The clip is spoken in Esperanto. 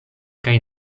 kaj